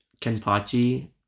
Kenpachi